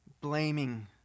blaming